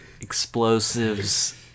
explosives